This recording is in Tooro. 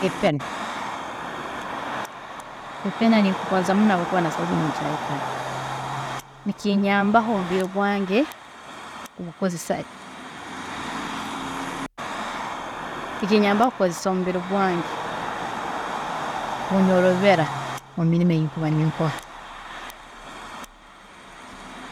Kwepena, kwepena ninkugonza muno habwokuba nasaaha zinu ninkyayepena, nikinyambaho omubiri gwange, nikinyambaho kukozesa omubiri gwange kunyorobera mumirimo eyi nkuba ninkora.